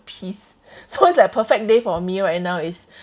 peace so that perfect day for me right now is